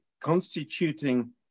constituting